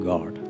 God